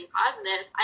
positive